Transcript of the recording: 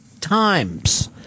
Times